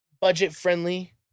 budget-friendly